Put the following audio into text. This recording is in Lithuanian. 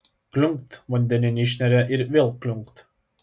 kliunkt vandenin išneria ir vėl kliunkt